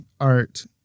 art